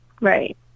Right